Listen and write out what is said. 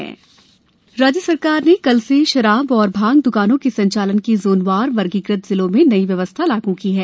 भांग शराब द्कान राज्य शासन ने कल से मदिरा एवं भांग दुकानों के संचालन की जोनवार वर्गीकृत जिलों में नई व्यवस्था लागू की है